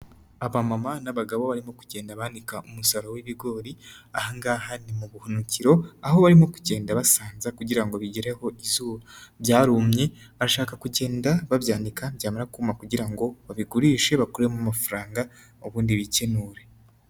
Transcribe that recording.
Abamama n'abagabo barimo kugenda bananika umusaruro w'ibigori aha ngaha ni mu buhunukiro aho barimo kugenda basanza kugira bigereho izuba, byarumye bashaka kugenda babyandika byamara kumpa kugira ngo babigurishe bakuremo amafaranga ubundi bikenure.